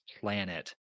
planet